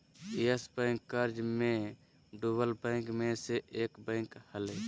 yes Bank कर्ज मे डूबल बैंक मे से एक बैंक हलय